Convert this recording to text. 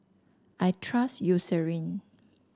I trust Eucerin